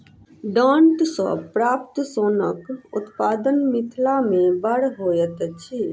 डांट सॅ प्राप्त सोनक उत्पादन मिथिला मे बड़ होइत अछि